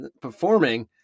performing